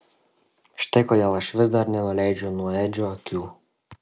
štai kodėl aš vis dar nenuleidžiu nuo edžio akių